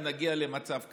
אם נגיע למצב כזה.